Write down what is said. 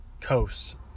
Coast